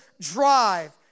drive